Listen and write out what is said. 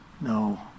No